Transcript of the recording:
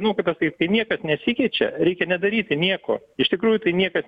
nu kaip pasakyt kai niekas nesikeičia reikia nedaryti nieko iš tikrųjų tai niekas